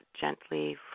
gently